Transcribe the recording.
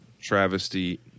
travesty